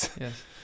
Yes